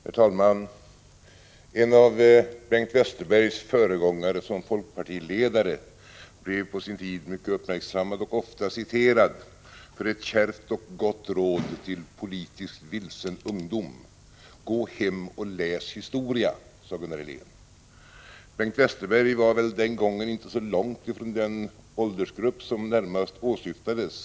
Herr talman! En av Bengt Westerbergs föregångare som folkpartiledare blev på sin tid mycket uppmärksammad och ofta citerad för ett kärvt och gott råd till politiskt vilsen ungdom. Gå hem och läs historia, sade Gunnar Helén. Bengt Westerberg var väl den gången inte så långt från den åldersgrupp som närmast åsyftades.